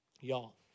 Y'all